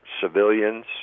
civilians